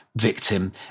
victim